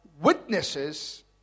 witnesses